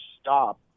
stop